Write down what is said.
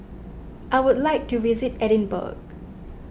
I would like to visit Edinburgh